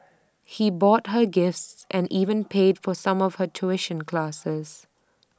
he bought her gifts and even paid for some of her tuition classes